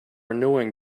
annoying